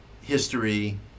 history